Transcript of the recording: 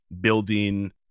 building